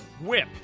Whip